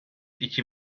iki